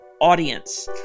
audience